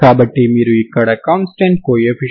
కాబట్టి నా uxt ఏమిటి